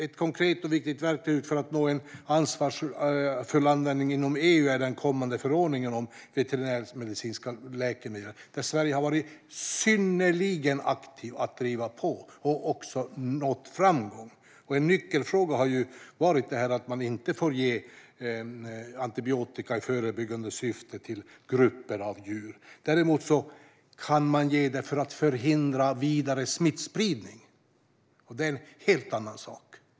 Ett konkret och viktigt verktyg för att åstadkomma en ansvarsfull användning inom EU är den kommande förordningen om veterinärmedicinska läkemedel, där Sverige synnerligen aktivt har drivit på och också nått framgång. En nyckelfråga har varit att man inte får ge antibiotika i förebyggande syfte till grupper av djur. Däremot kan man ge det för att förhindra vidare smittspridning, och det är en helt annan sak.